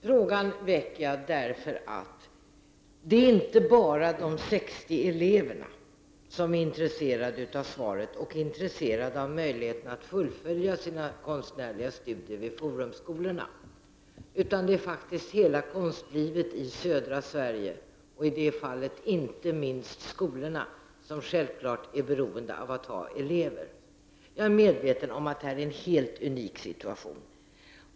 Frågan väcker jag därför att det inte bara är de 60 eleverna som är intresserade av svaret och intresserade av möjligheterna att fullfölja sina konstnärliga studier vid Forumskolorna, utan här gäller det faktiskt hela konstlivet i södra Sverige och i det fallet inte minst skolorna, som självklart är beroende av att ha elever. Jag är medveten om att detta är en helt unik situation.